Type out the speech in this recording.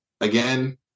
again